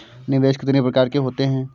निवेश कितनी प्रकार के होते हैं?